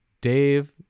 Dave